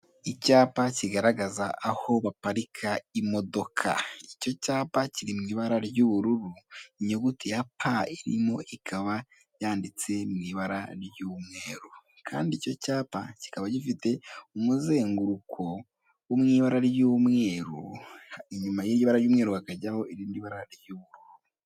Icyapa kigaragaza aho baparika imodoka. Icyo cyapa kiri mu ibara ry'ubururu, inyuguti ya p irimo ikaba yanditse mu ibara ry'umweru. Kandi icyo cyapa kikaba gifite umuzenguruko wo mu ibara ry'umweru, inyuma y'ibara ry'umweru hakajyaho irindi bara ry'ubururu.